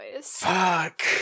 Fuck